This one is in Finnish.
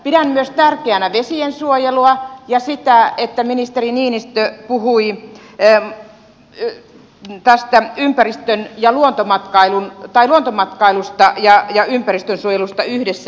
pidän myös tärkeänä vesien suojelua ja sitä että ministeri niinistö puhui tästä ympäristön ja luontomatkailun tai luontomatkailun luontomatkailusta ja ympäristön suojelusta yhdessä